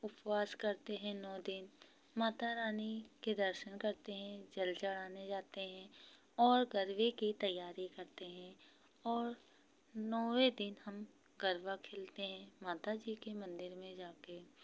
उपवास करते हैं नौ दिन माता रानी के दर्शन करते हैं जल चढ़ाने जाते हैं और गरबे की तैयारी करते हैं और नौवें दिन हम गरबा खेलते हैं माता जी के मंदिर में जाके